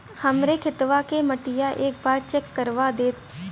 हमरे खेतवा क मटीया एक बार चेक करवा देत?